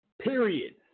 Period